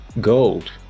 gold